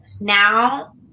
now